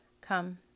Come